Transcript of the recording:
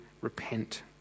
repent